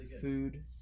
food